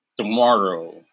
tomorrow